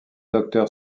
docteur